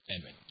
Amen